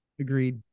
agreed